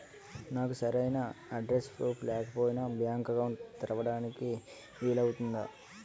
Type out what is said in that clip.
నాకు సరైన address proof లేకపోయినా బ్యాంక్ అకౌంట్ తెరవడానికి వీలవుతుందా?